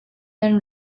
nan